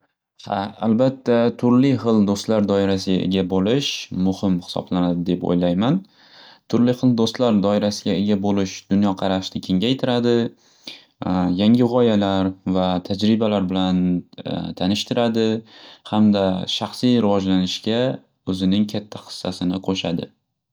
Ha albatta, turli xil do'stlar doirasiga ega bo'lish muhim hisoblanadi deb o'ylayman. Turli xil do'stlar doirasiga ega bo'lish dunyoqarashi kengaytiradi yangi g'oyalar va tajribalar bilan tanishtiradi, hamda shaxsiy rivojlanishga o'zining katta hissasini qo'shadi.